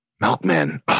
Milkman